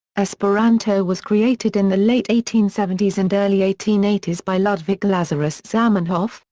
esperanto was created in the late eighteen seventy s and early eighteen eighty s by ludwig lazarus zamenhof,